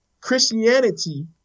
Christianity